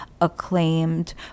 acclaimed